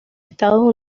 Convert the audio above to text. estados